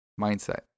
Mindset